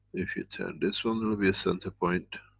if you turn this one it'll be a center point